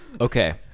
okay